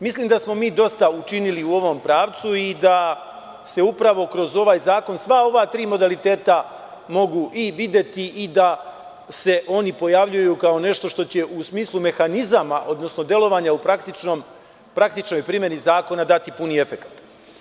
Mislim da smo mi dosta učinili u ovom pravcu i da se upravo kroz ovaj zakon sva ova tri modaliteta mogu i videti i da se oni pojavljuju kao nešto što će u smislu mehanizama, odnosno delovanja u praktičnoj primeni zakona dati puni efekat.